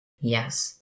Yes